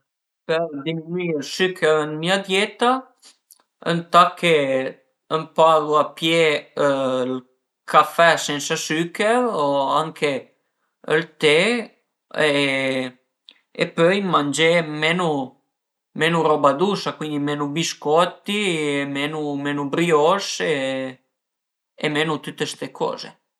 Për diminuì ël suchèr ën ma dieta ëntà ch'ëmparu a pìé ël café sensa suchèr o anche ël te e pöi mangé menu menu roba dusa e cuindi menu biscotti, menu brioches e menu tüte ste coze